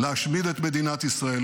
להשמיד את מדינת ישראל.